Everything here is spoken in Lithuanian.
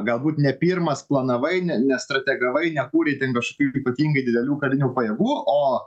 galbūt ne pirmas planavai ne nestrategavai nekūrei ten kažkokių ypatingai didelių karinių pajėgų o